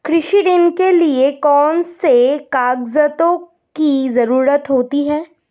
कृषि ऋण के लिऐ कौन से कागजातों की जरूरत होती है?